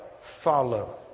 follow